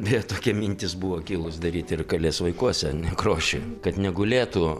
beje tokia mintis buvo kilus daryti ir kalės vaikuose nekrošiui kad negulėtų